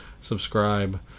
subscribe